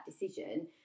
decision